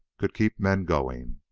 could keep men going.